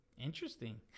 Interesting